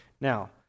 Now